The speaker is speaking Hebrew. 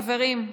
חברים.